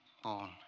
Born